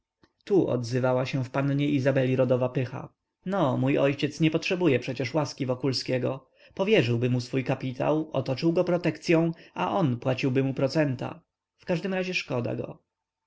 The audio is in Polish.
tu odzywała się w pannie izabeli rodowa pycha no mój ojciec nie potrzebuje przecież łaski wokulskiego powierzyłby mu swój kapitał otoczyłby go protekcyą a on płaciłby mu procenta w każdym razie szkoda go